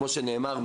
כמו שנאמר,